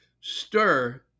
stir